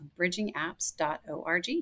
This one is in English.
bridgingapps.org